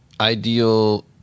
ideal